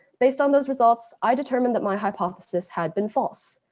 based on those results, i determined that my hypothesis had been false.